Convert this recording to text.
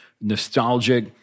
nostalgic